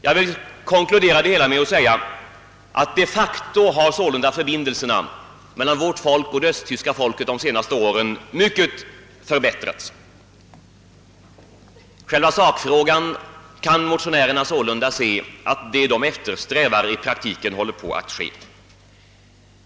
Jag vill konkludera det hela med att säga, att de facto har förbindelserna mellan vårt land och det östtyska folket under de senaste åren starkt förbättrats. Vad motionärerna eftersträvar håller alltså i praktiken på att genomföras.